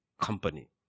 company